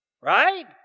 Right